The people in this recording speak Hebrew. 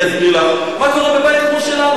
אני אסביר לך מה קורה בבית כמו שלנו,